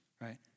right